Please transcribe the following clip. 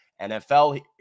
NFL